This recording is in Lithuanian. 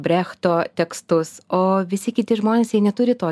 brechto tekstus o visi kiti žmonės jie neturi to